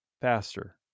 faster